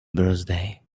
birthday